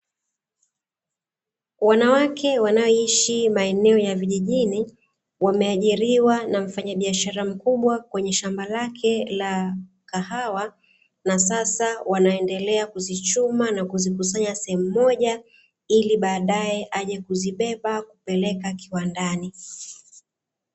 Wanawake wanaoishi maeneo ya vijijini, wameajiriwa na mfanyabiashara mkubwa kwenye shamba lake la kahawa, na sasa wanaendelea kuzichuma na kuzikusanya sehemu moja ili baadaye aje kuzibeba kupeleka kiwandani.